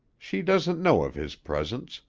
she doesn't know of his presence,